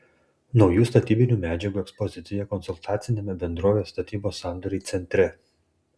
naujų statybinių medžiagų ekspozicija konsultaciniame bendrovės statybos sandoriai centre